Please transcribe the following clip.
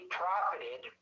profited